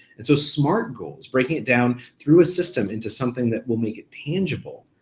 and so smart goals, breaking it down through a system into something that will make it tangible,